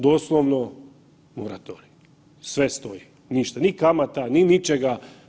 Doslovno moratorij, sve stoji, ništa, ni kamata, ni ničega.